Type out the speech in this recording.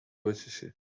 بچشی